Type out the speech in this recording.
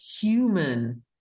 human